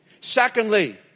Secondly